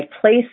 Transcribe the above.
place